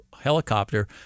helicopter